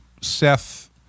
Seth